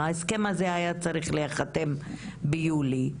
ההסכם הזה היה צריך להיחתם עוד ביולי,